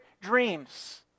dreams